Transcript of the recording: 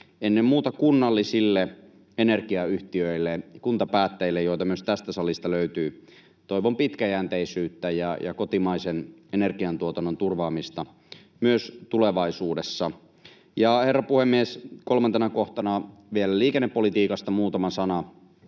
ennen muuta kunnallisille energiayhtiöille, kuntapäättäjille, joita myös tästä salista löytyy, toivon pitkäjänteisyyttä ja kotimaisen energiantuotannon turvaamista myös tulevaisuudessa. Herra puhemies! Kolmantena kohtana vielä liikennepolitiikasta muutama sana: